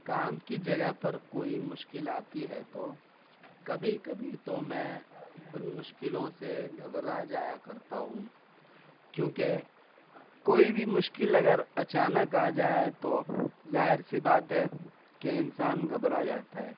کام کی جگہ پر کوئی مشکل آتی ہے تو کبھی کبھی تو میں ان مشکلوں سے گھبرا جایا کرتا ہوں کیونکہ کوئی بھی مشکل اگر اچانک آ جائے تو ظاہر سی بات ہے کہ انسان گھبرا جاتا ہے